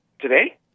Today